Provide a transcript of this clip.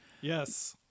Yes